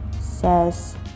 says